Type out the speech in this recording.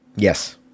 yes